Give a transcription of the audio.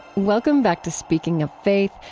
welcome back to speaking of faith,